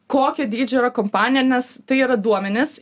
kokio dydžio yra kompanija nes tai yra duomenys